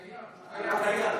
בנגב זה בכלל לא קיים.